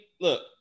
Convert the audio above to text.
look